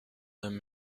them